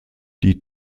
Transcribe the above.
die